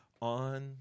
on